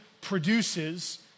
produces